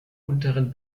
unteren